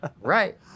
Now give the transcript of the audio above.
right